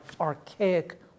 archaic